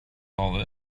all